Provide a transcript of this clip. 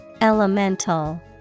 Elemental